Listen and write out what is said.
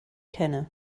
kenne